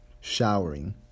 showering